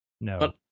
no